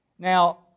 Now